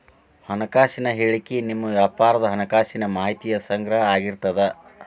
ಹಣಕಾಸಿನ ಹೇಳಿಕಿ ನಿಮ್ಮ ವ್ಯಾಪಾರದ್ ಹಣಕಾಸಿನ ಮಾಹಿತಿಯ ಸಂಗ್ರಹ ಆಗಿರ್ತದ